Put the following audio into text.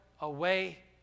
away